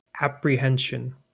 apprehension